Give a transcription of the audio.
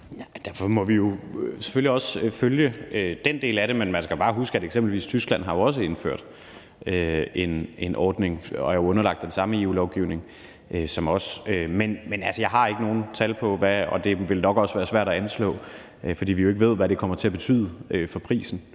Derfor må vi jo selvfølgelig også følge den del af det, men man skal bare huske, at eksempelvis Tyskland også har indført en ordning og er underlagt den samme EU-lovgivning som os. Men jeg har ikke nogen tal på det, og det vil nok også være svært at anslå, fordi vi jo ikke ved, hvad det kommer til at betyde for prisen